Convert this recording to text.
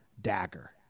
dagger